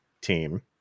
team